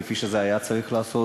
כפי שזה היה צריך להיעשות?